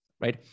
right